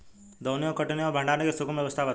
दौनी और कटनी और भंडारण के सुगम व्यवस्था बताई?